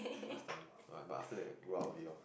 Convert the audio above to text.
last time but after that grew up a bit oh